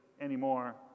anymore